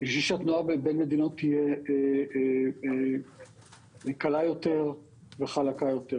בשביל שהתנועה בין המדינות תהיה קלה יותר וחלקה יותר.